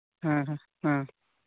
ᱦᱮᱸ ᱦᱮᱸ ᱦᱮᱸ